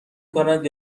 کند